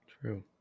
True